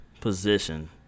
position